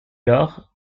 lors